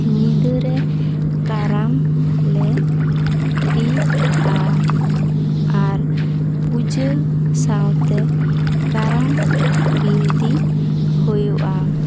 ᱧᱤᱫᱟᱹ ᱨᱮ ᱠᱟᱨᱟᱢ ᱞᱮ ᱵᱤᱫᱼᱟ ᱟᱨ ᱯᱩᱡᱟᱹ ᱥᱟᱶ ᱛᱮ ᱠᱟᱨᱟᱢ ᱵᱤᱱᱛᱤ ᱦᱩᱭᱩᱜᱼᱟ